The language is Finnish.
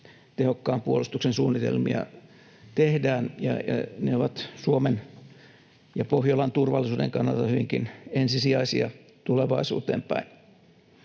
tehokkaan puolustuksen suunnitelmia tehdään. Ne ovat Suomen ja Pohjolan turvallisuuden kannalta hyvinkin ensisijaisia tulevaisuuteen päin.